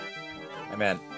Amen